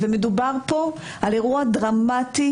ומדובר פה על אירוע דרמטי,